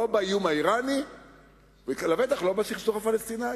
לא באיום האירני ולבטח לא בסכסוך הפלסטיני.